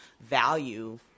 value